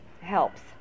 helps